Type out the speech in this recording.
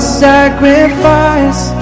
sacrifice